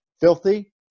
filthy